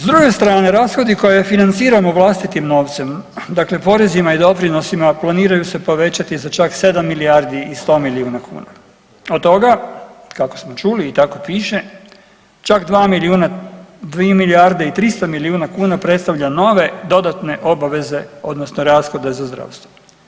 S druge strane rashodi koje financiramo vlastitim novcem, dakle porezima i doprinosima planiraju se povećati za čak 7 milijardi i 100 milijuna kuna, od toga kako smo čuli i tako piše čak 2 milijarde i 300 milijuna kuna predstavlja nove dodatne obaveze odnosno rashode za zdravstvo.